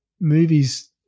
movies